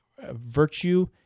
virtue